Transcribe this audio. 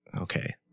okay